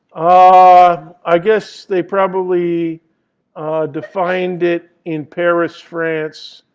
ah i guess they probably defined it in paris, france,